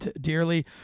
dearly